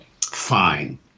Fine